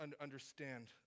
understand